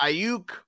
Ayuk